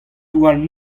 warn